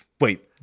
wait